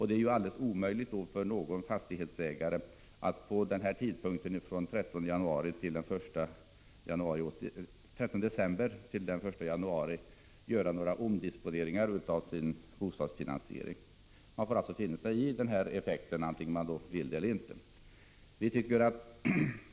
Det är alldeles omöjligt för en fastighetsägare att under perioden från den 13 december till den 1 januari 1986 göra några omdisponeringar i sin bostadsfinansiering. Fastighetsägarna får finna sig i denna effekt, vare sig de vill det eller inte.